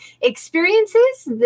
experiences